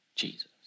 Jesus